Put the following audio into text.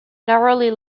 narrowly